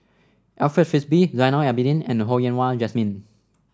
Alfred Frisby Zainal Abidin and Ho Yen Wah Jesmine